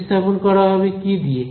প্রতিস্থাপন করা হবে কি দিয়ে